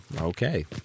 Okay